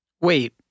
Wait